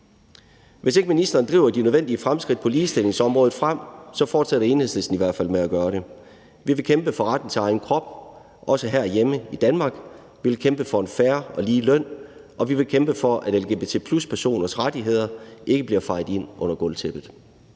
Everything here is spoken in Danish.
Hvis ikke ministeren driver de nødvendige fremskridt på ligestillingsområdet frem, fortsætter Enhedslisten i hvert fald med at gøre det. Vi vil kæmpe for retten til egen krop, også herhjemme i Danmark, vi vil kæmpe for en fair og lige løn, og vi vil kæmpe for, at lgbt+-personers rettigheder ikke bliver fejet ind under gulvtæppet.